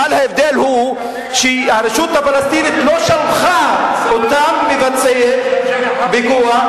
אבל ההבדל הוא שהרשות הפלסטינית לא שלחה אותם לבצע פיגוע,